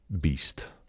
beast